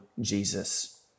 Jesus